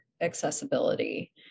accessibility